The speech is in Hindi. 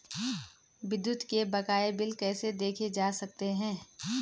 विद्युत के बकाया बिल कैसे देखे जा सकते हैं?